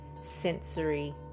sensory